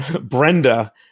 brenda